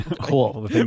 Cool